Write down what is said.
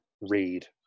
read